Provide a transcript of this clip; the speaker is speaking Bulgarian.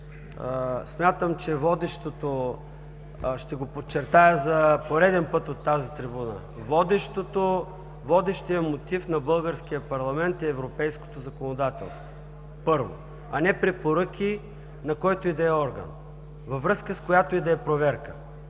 Смятам, ще подчертая за пореден път от тази трибуна, че водещият мотив на българския парламент е европейското законодателство, първо, а не препоръки, на който и да е орган във връзка, с която и да е проверка